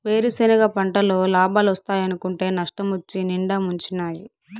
వేరుసెనగ పంటల్ల లాబాలోస్తాయనుకుంటే నష్టమొచ్చి నిండా ముంచినాయి